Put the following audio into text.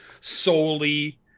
solely